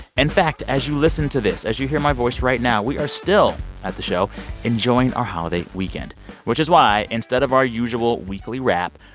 in fact, as you listen to this, as you hear my voice right now, we are still at the show enjoying our holiday weekend which is why, instead of our usual weekly wrap,